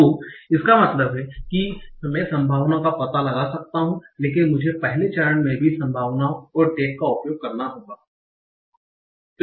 तो इसका मतलब है कि मैं संभावनाओं का पता लगा सकता हूं लेकिन मुझे अगले चरण में भी संभावनाओं और टैग का उपयोग करना होगा